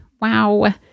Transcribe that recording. Wow